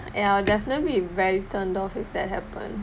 ya I'll definitely be very turned off if that happens